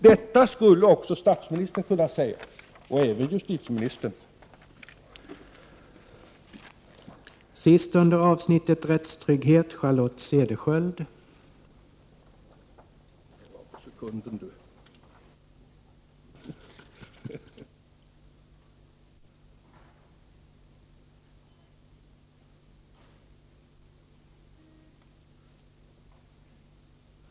Detta skulle också statsministern eller justitieministern kunna säga.